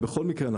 בכל מקרה,